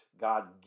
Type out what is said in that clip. God